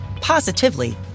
positively